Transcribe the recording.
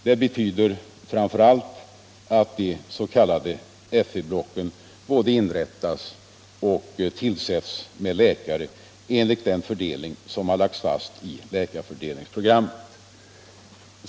Det betyder framför allt att de s.k. FV blocken både inrättas och tillsätts med läkare enligt den fördelning som har lagts fast i läkarfördelningsprogrammet.